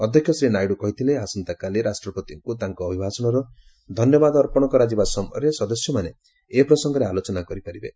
ଅଧ୍ୟକ୍ଷ ଶ୍ରୀ ନାଇଡ଼ କହିଥିଲେ ଆସନ୍ତାକାଲି ରାଷ୍ଟପତିଙ୍କ ତାଙ୍କ ଅଭିଭାଷଣର ଧନ୍ୟବାଦ ଅର୍ପଣ କରାଯିବା ସମୟରେ ସଦସ୍ୟମାନେ ଏ ପ୍ରସଙ୍ଗରେ ଆଲୋଚନା କରିପାରିବେ